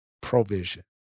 provision